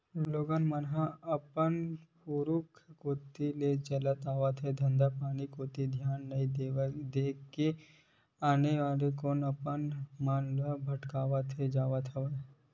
लोगन मन ह अपन पुरुखा कोती ले चले आवत धंधापानी कोती धियान नइ देय के आने आने कोती अपन मन ल भटकावत जावत हवय